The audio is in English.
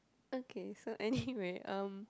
okay so anyway um